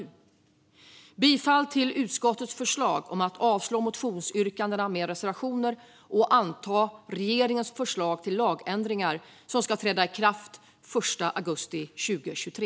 Jag yrkar bifall till utskottets förslag att avslå motionsyrkandena med reservationer och anta regeringens förslag till lagändringar som ska träda i kraft den 1 augusti 2023.